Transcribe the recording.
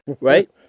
right